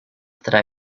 that